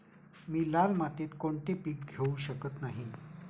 मी लाल मातीत कोणते पीक घेवू शकत नाही?